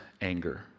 anger